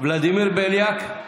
ולדימיר בליאק,